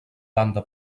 banda